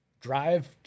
drive